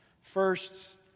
First